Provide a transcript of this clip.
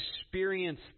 experience